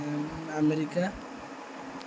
America